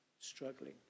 struggling